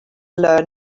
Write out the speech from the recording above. learn